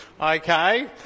Okay